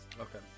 okay